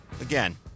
again